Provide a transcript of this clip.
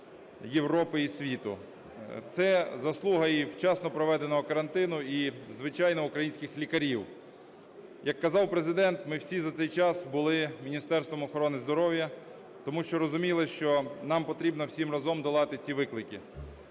Європи і світу. Це заслуга і вчасно проведеного карантину, і, звичайно, українських лікарів. Як казав Президент, ми всі за цей час були Міністерством охорони здоров'я, тому що розуміли, що нам, що нам потрібно всім разом долати ці виклики.